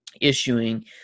issuing